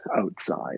outside